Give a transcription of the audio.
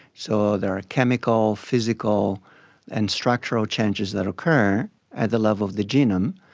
so there are chemical, physical and structural changes that occur at the level of the genome,